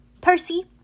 Percy